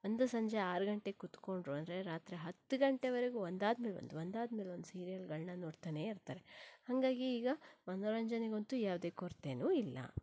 ಒಂದು ಸಂಜೆ ಆರು ಗಂಟೆಗೆ ಕುತ್ಕೊಂಡರು ಅಂದರೆ ರಾತ್ರಿ ಹತ್ತು ಗಂಟೆವರೆಗೂ ಒಂದಾದ ಮೇಲೆ ಒಂದು ಒಂದಾದ ಮೇಲೆ ಒಂದು ಸೀರಿಯಲ್ಗಳನ್ನು ನೋಡ್ತಾನೆ ಇರ್ತಾರೆ ಹಾಗಾಗಿ ಈಗ ಮನೋರಂಜನೆಗಂತೂ ಯಾವುದೇ ಕೊರತೆಯೂ ಇಲ್ಲ